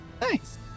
Nice